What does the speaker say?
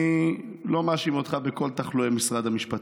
אני לא מאשים אותך בכל תחלואי משרד המשפטים,